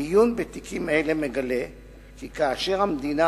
עיון בתיקים אלה מגלה כי כאשר המדינה